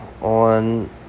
On